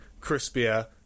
crispier